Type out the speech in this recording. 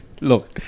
Look